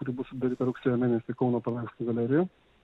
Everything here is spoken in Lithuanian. kuri bus sudaryta rugsėjo mėnesį kauno paveikslų galerijoj